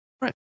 Right